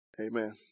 Amen